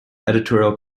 editorial